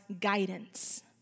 guidance